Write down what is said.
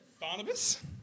Barnabas